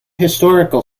historical